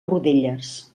rodelles